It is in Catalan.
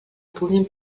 puguin